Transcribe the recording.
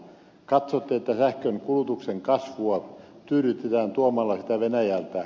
katsotte että sähkönkulutuksen kasvua tyydytetään tuomalla sitä venäjältä